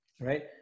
right